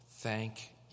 Thank